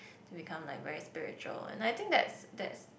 to become like very spiritual but I think that's that's